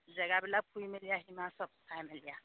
জেগাবিলাক ফুৰি মেলি